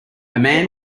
man